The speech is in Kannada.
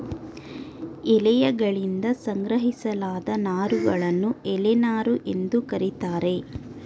ಎಲೆಯಗಳಿಂದ ಸಂಗ್ರಹಿಸಲಾದ ನಾರುಗಳನ್ನು ಎಲೆ ನಾರು ಎಂದು ಕರೀತಾರೆ